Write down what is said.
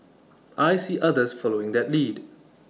I see others following that lead